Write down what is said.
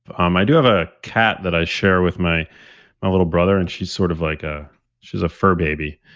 um i do have a cat that i share with my ah little brother and she's sort of like a she's a fur baby,